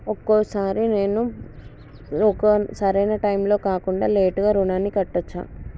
ఒక్కొక సారి నేను ఒక సరైనా టైంలో కాకుండా లేటుగా రుణాన్ని కట్టచ్చా?